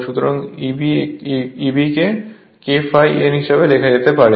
সুতরাং Eb কে k∅N হিসাবে লেখা যেতে পারে